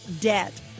debt